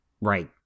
Right